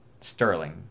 Sterling